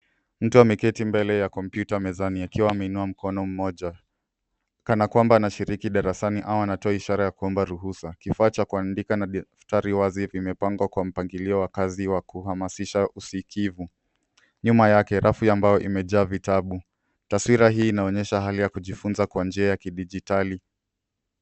Mtu ameketi mbele ya kompyuta mezani akiwa ameinua mkono mmoja kana kwamba anashiriki darasani au anatoa ishara ya kuomba ruhusa. Kifaa cha kuandika na daftari wazi vimepangwa kwa mpangilio wa kazi wa kuhamasisha usikivu. Nyuma yake rafu ya mbao imejaa vitabu. Taswira hii inaonyesha hali ya kujifunza kwa njia ya kidijitali.